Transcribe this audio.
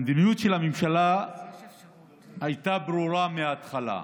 המדיניות של הממשלה הייתה ברורה מההתחלה.